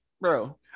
bro